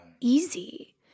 easy